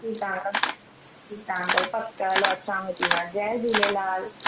ठीकु आहे अंकल ठीकु आहे अंकल पकु हलो अचांव थी मां जय झूलेलाल